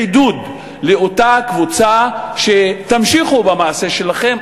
עידוד לאותה קבוצה: תמשיכו במעשה שלכם,